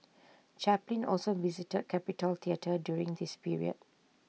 Chaplin also visited capitol theatre during this period